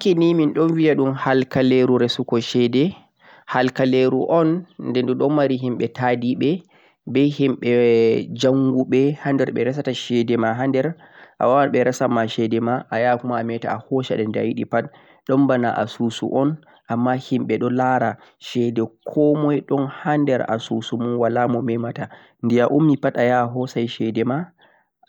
banki don vieya kaleruu rasuka cede halkaleruu o'n den don mari yimbe taadibe be yimbe jangube haner be nastata cede ma hander a waawan be rasa cede ma hander a waawan e'rasa ma cede ma toh a hoosan a yidi pad don boona asusu o'n amma yimbe don laara cede ko moi hander asusu wala moome mata diyaa ummi pad a yaahan hoosa cede